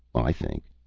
i think.